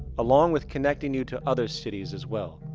along with connecting you to other cities as well.